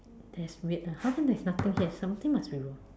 that's weird ah how come there's nothing here something must be wrong